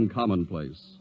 commonplace